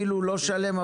אפילו לא שלם?